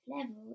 level